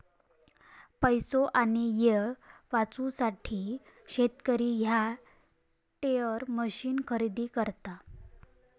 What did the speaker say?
पैसो आणि येळ वाचवूसाठी शेतकरी ह्या टेंडर मशीन खरेदी करता